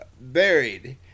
buried